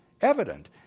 evident